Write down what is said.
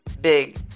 big